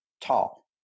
tall